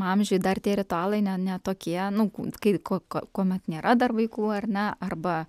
amžiuj dar tie ritualai ne ne tokie nu kai ko ko kuomet nėra dar vaikų ar ne arba